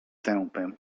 tępym